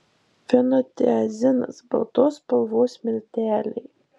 fenotiazinas baltos spalvos milteliai